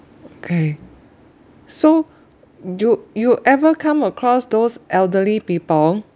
okay so do you ever come across those elderly people